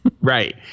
Right